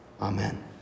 amen